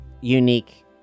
unique